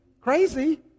Crazy